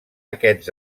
aquests